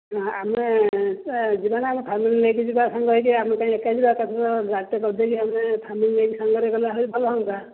ଆମେ ଯିବା ନା ଆମ ଫ୍ୟାମିଲି ନେଇକି ଯିବା ସାଙ୍ଗ ହୋଇକି ଆମେ କାଇଁ ଏକା ଯିବା ତା'ପରେ ଗାଡ଼ିଟା କରିଦେଇକି ଆମେ ଫ୍ୟାମିଲି ନେଇକି ସାଙ୍ଗରେ ଗଲେ ଆହୁରି ଭଲ ହୁଅନ୍ତା